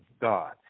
God